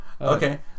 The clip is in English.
Okay